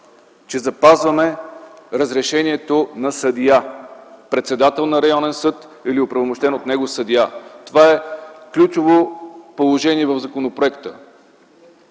че запазваме разрешението на съдия, председател на районен съд или оправомощен от него съдия. Това е ключово положение в законопроекта.